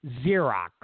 Xerox